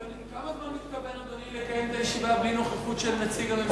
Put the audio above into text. כמה זמן מתכוון אדוני לקיים את הישיבה בלי נוכחות של נציג הממשלה?